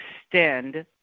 extend